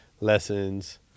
lessons